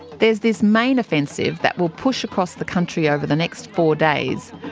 there's this main offensive that will push across the country over the next four days,